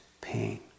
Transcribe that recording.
pain